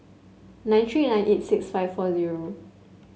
nine three nine eight six five four zero